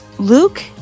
Luke